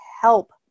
help